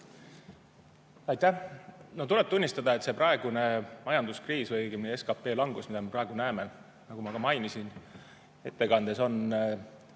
Aitäh! No tuleb tunnistada, et see praegune majanduskriis või õigemini SKP langus, mida me praegu näeme, nagu ma ka mainisin ettekandes, on